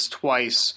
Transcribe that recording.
twice